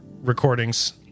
recordings